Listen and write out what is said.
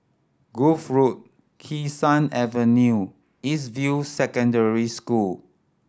Grove Road Kee Sun Avenue and East View Secondary School